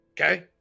Okay